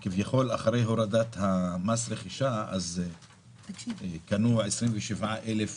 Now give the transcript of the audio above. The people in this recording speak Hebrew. וכביכול, אחרי הורדת מס הרכישה, קנו 27 אלף